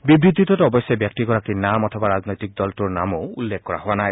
বিবৃতিটোত অৱশ্যে ব্যক্তিগৰাকীৰ নাম অথবা ৰাজনৈতিক দলৰ নামো উল্লেখ কৰা নাই